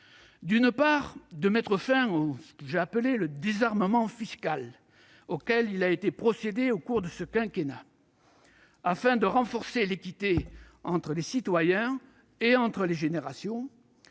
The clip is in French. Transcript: d'une part, de mettre fin au « désarmement fiscal » auquel il a été procédé au cours de ce quinquennat, afin de renforcer l'équité entre les citoyens et entre les générations